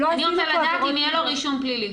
אני רוצה לדעת אם יהיה לו רישום פלילי.